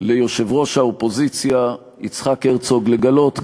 ליושב-ראש האופוזיציה יצחק הרצוג לגלות,